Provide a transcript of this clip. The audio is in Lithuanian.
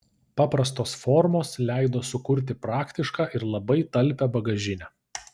paprastos formos leido sukurti praktišką ir labai talpią bagažinę